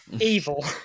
evil